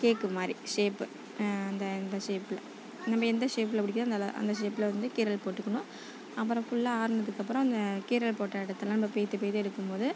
கேக்கு மாதிரி ஷேப்பு அந்த இந்த ஷேப்பில் நமக்கு எந்த ஷேப்பில் பிடிக்கிதோ அதில் அந்த ஷேப்பில் வந்து கீறல் போட்டுக்கணும் அப்புறம் ஃபுல்லாக ஆறினதுக்கு அப்புறம் அந்த கீறல் போட்ட இடத்துல நம்ம பேத்து பேத்து எடுக்கும் போது